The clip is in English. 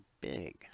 big